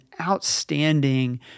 outstanding